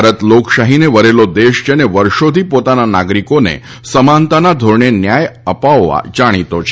ભારત લોકશાહીને વરેલો દેશ છે અને વર્ષોથી પોતાના નાગરિકોને સમાનતાના ધોરણે ન્યાય અપાવવા માટે જાણીતો છે